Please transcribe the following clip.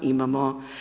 Imamo.